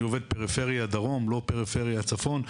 אני עובד פריפריה דרום לא פריפריה צפון,